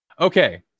okay